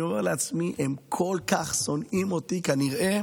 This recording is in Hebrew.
אני אומר לעצמי: הם כל כך שונאים אותי, כנראה